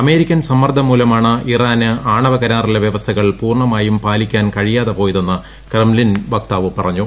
American സമ്മർദ്ദം മൂലമാണ് ഇറാന് ആണവ കരാറിലെ വൃവസ്ഥകൾ പൂർണമായും പാലിക്കാൻ കഴിയാതെ പോയതെന്ന് ക്രെംലിൻ വക്താവ് പറഞ്ഞു